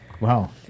Wow